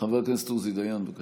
חבר הכנסת עוזי דיין, בבקשה.